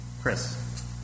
Chris